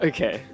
Okay